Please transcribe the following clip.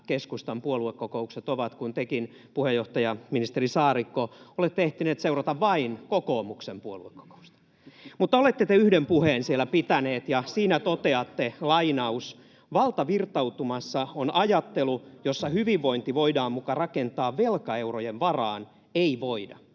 keskustan puoluekokoukset ovat, kun tekin, puheenjohtaja, ministeri Saarikko, olette ehtinyt seurata vain kokoomuksen puoluekokousta. Mutta olette te yhden puheen siellä pitänyt, ja siinä toteatte: ”Valtavirtaistumassa on ajattelu, jossa hyvinvointi voidaan muka rakentaa velkaeurojen varaan. Ei voida.”